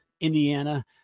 Indiana